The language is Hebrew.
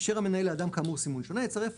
אישר המנהל לאדם כאמור סימון שונה, יצרף